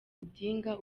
odinga